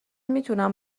میتونم